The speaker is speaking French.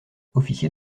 officier